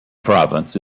province